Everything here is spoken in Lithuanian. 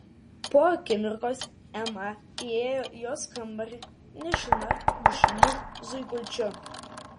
po akimirkos ema įėjo į jos kambarį nešina pliušiniu zuikučiu